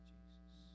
Jesus